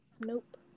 Nope